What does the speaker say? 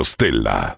Stella